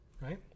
right